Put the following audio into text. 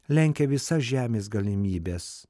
lenkia visas žemės galimybes